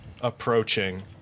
approaching